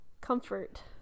comfort